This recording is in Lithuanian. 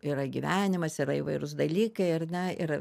yra gyvenimas yra įvairūs dalykai ar ne ir